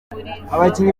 abakinnyi